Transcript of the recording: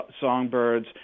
songbirds